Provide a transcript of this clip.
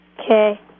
Okay